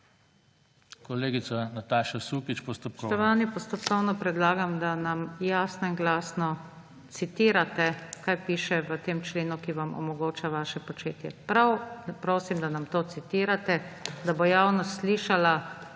Levica): Spoštovani, postopkovno predlagam, da nam jasno in glasno citirate, kaj piše v tem členu, ki vam omogoča vaše početje. Prav prosim, da nam to citirate, da bo javnost slišala,